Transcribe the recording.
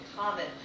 common